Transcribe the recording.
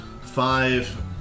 five